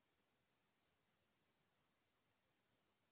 का मै मोबाइल ले कर सकत हव?